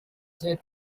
seat